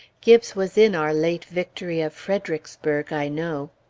gibbes was in our late victory of fredericksburg, i know.